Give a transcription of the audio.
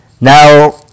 Now